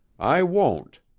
i won't.